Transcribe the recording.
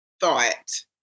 thought